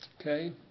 Okay